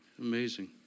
amazing